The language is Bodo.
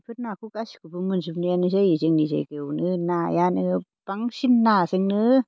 बेफोर नाखौ गासैखौबो मोनजोबनायानो जायो जोंनि जायगायावनो नायानो बांसिन नाजोंनो